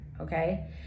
okay